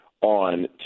on